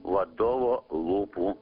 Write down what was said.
vadovo lūpų